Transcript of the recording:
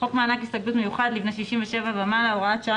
חוק מענק הסתגלות מיוחד לבני 67 ומעלה (הוראת שעה,